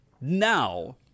Now